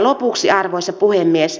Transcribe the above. lopuksi arvoisa puhemies